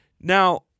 Now